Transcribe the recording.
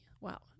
Wow